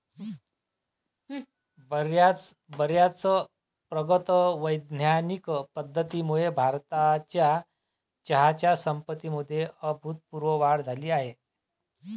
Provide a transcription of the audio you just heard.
बर्याच प्रगत वैज्ञानिक पद्धतींमुळे भारताच्या चहाच्या संपत्तीमध्ये अभूतपूर्व वाढ झाली आहे